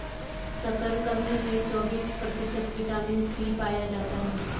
शकरकंद में चौबिस प्रतिशत विटामिन सी पाया जाता है